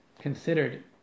considered